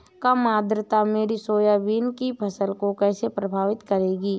कम आर्द्रता मेरी सोयाबीन की फसल को कैसे प्रभावित करेगी?